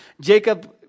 Jacob